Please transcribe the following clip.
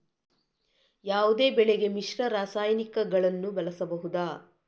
ಯಾವುದೇ ಬೆಳೆಗೆ ಮಿಶ್ರ ರಾಸಾಯನಿಕಗಳನ್ನು ಬಳಸಬಹುದಾ?